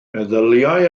meddyliai